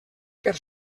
per